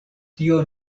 tio